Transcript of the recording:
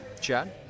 Chad